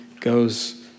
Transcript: goes